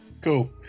Cool